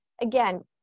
again